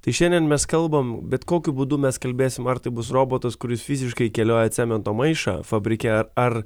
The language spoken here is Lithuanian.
tai šiandien mes kalbam bet kokiu būdu mes kalbėsim ar tai bus robotas kuris fiziškai kelioja cemento maišą fabrike ar